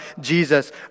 Jesus